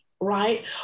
right